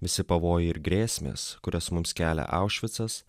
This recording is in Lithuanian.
visi pavojai ir grėsmės kurias mums kelia aušvicas